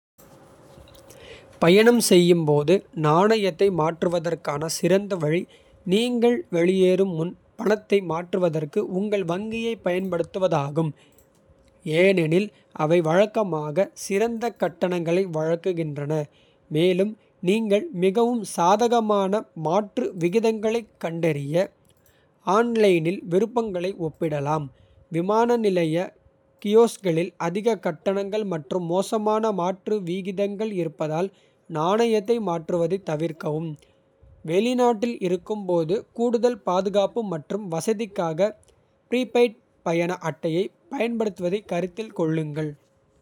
பயணம் செய்யும் போது ​​நாணயத்தை மாற்றுவதற்கான. சிறந்த வழி நீங்கள் வெளியேறும் முன் பணத்தை. மாற்றுவதற்கு உங்கள் வங்கியைப் பயன்படுத்துவதாகும் ஏனெனில் அவை வழக்கமாக சிறந்த கட்டணங்களை. வழங்குகின்றன மேலும் நீங்கள் மிகவும் சாதகமான. மாற்று விகிதங்களைக் கண்டறிய ஆன்லைனில். விருப்பங்களை ஒப்பிடலாம் விமான நிலைய. கியோஸ்க்களில் அதிக கட்டணங்கள் மற்றும் மோசமான. மாற்று விகிதங்கள் இருப்பதால் நாணயத்தை. மாற்றுவதை தவிர்க்கவும் வெளிநாட்டில் இருக்கும்போது. கூடுதல் பாதுகாப்பு மற்றும் வசதிக்காக ப்ரீபெய்ட் பயண. அட்டையைப் பயன்படுத்துவதைக் கருத்தில் கொள்ளுங்கள்.